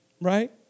Right